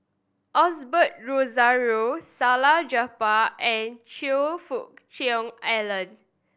Osbert Rozario Salleh Japar and Choe Fook Cheong Alan